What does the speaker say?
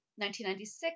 1996